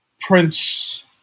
Prince